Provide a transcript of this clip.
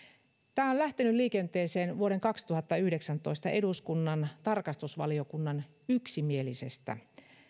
on lähtenyt liikenteeseen vuoden kaksituhattayhdeksäntoista eduskunnan tarkastusvaliokunnan yksimielisestä